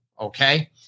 Okay